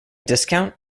discount